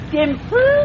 Simple